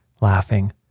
laughing